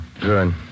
Good